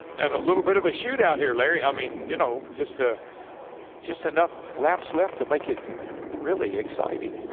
and a little bit of a shoot-out here, larry. i mean, you know. just ah just enough laps left to make it really exciting.